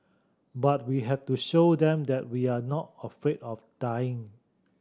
but we have to show them that we are not afraid of dying